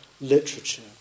literature